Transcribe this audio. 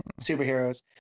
superheroes